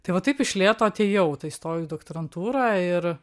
tai va taip iš lėto atėjau tai įstojau į doktorantūrą ir